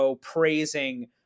praising